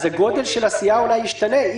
הגודל של הסיעה ישתנה.